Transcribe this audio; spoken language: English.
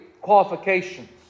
qualifications